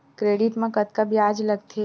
Credit मा कतका ब्याज लगथे?